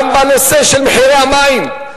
גם בנושא של מחירי המים,